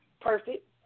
perfect